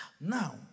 now